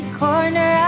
corner